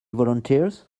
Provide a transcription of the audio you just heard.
volunteers